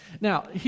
now